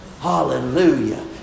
Hallelujah